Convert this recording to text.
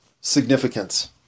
significance